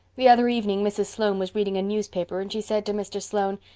the other evening mrs. sloane was reading a newspaper and she said to mr. sloane,